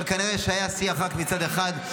אבל כנראה שהיה שיח רק מצד אחד,